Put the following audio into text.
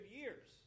years